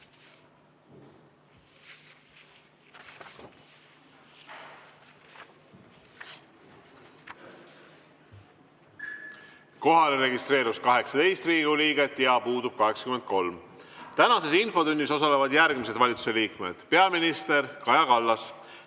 Kohalolijaks registreerus 18 Riigikogu liiget ja puudub 83.Tänases infotunnis osalevad järgmised valitsuse liikmed: peaminister Kaja Kallas,